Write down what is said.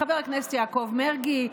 חבר הכנסת יעקב מרגי,